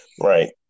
Right